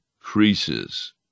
increases